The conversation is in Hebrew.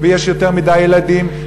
ויש יותר מדי ילדים,